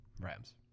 Rams